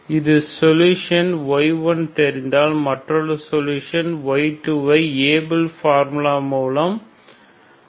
ஒரு சொல்யூஷன் y1தெரிந்தால் மற்றொரு சொலுஷன் y2 ஐ Abel's ஃபார்முலா மூலம் கண்டுபிடிக்க முடியும்